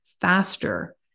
faster